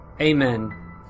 Amen